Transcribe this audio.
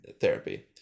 therapy